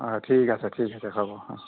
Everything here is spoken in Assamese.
অঁ ঠিক আছে ঠিক আছে হ'ব অঁ